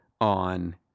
on